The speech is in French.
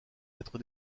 être